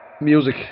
Music